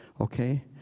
okay